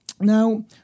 Now